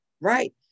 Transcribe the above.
right